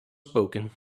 spoken